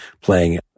playing